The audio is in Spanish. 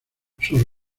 sus